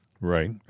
Right